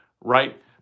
right